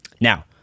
now